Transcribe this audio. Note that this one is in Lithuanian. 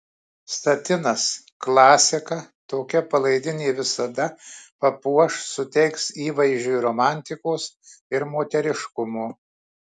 satinas klasika tokia palaidinė visada papuoš suteiks įvaizdžiui romantikos ir moteriškumo